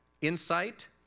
insight